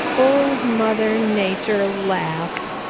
old mother nature laughed.